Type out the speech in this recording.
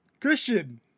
Christian